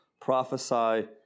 prophesy